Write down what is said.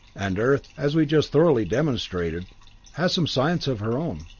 and earth as we just thoroughly demonstrated has some science of her own.